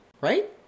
right